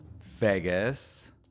Vegas